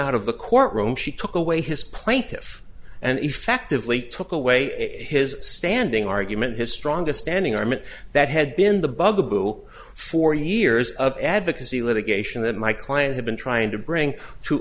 out of the courtroom she took away his plaintiff and effectively took away his standing argument his strongest standing army that had been the bugaboo for years of advocacy litigation that my client had been trying to bring to